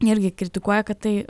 irgi kritikuoja kad tai